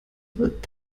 wird